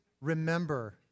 remember